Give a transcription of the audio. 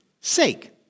sake